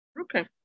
Okay